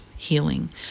healing